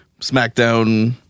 SmackDown